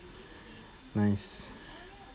nice